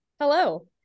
Hello